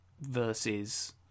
versus